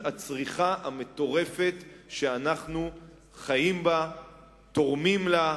הצריכה המטורפת שאנחנו חיים בה ותורמים לה.